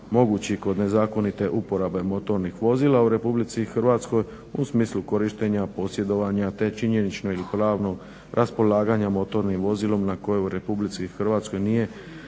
mogući kod nezakonite uporabe motornih vozila u Republici Hrvatskoj u smislu korištenja posjedovanja te činjenično ili pravno raspolaganja motornim vozilom na koje u Republici Hrvatskoj nije